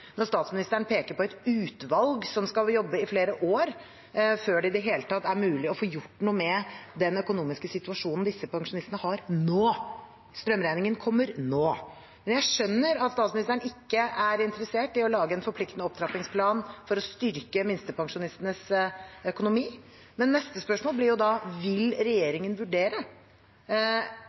når statsministeren peker på et utvalg som skal jobbe i flere år før det i det hele tatt er mulig å få gjort noe med den økonomiske situasjonen disse pensjonistene er i nå. Strømregningen kommer nå. Jeg skjønner at statsministeren ikke er interessert i å lage en forpliktende opptrappingsplan for å styrke minstepensjonistenes økonomi, men neste spørsmål blir da: Vil regjeringen vurdere